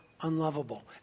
unlovable